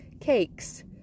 cakes